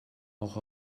auch